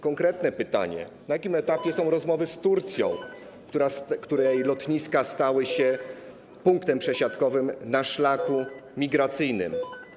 Konkretne pytanie: Na jakim etapie są rozmowy z Turcją, której lotniska stały się punktem przesiadkowym na szlaku migracyjnym?